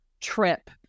trip